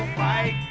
my